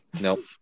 Nope